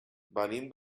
venim